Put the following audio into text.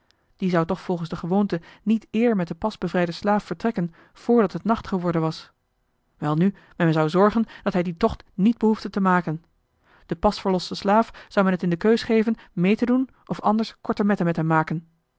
die zou toch volgens de gewoonte niet eer met den pas bevrijden slaaf vertrekken voordat het nacht geworden was welnu men zou zorgen dat hij dien tocht niet behoefde te maken den pas verlosten slaaf zou men het in de keus geven mee te doen of anders korte metten met hem maken